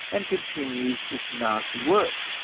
and continues its nasty work.